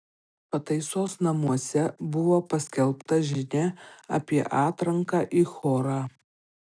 pataisos namuose buvo paskelbta žinia apie atranką į chorą